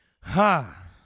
Ha